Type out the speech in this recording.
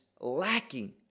lacking